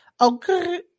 okay